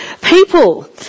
people